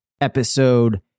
episode